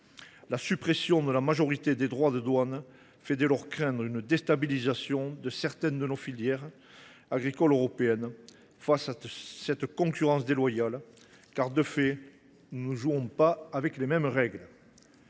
La suppression de la majorité des droits de douane fait dès lors craindre une déstabilisation de certaines de nos filières agricoles européennes face à cette concurrence déloyale, car nous ne nous jouons pas avec les mêmes règles.